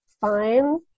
fine